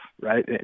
right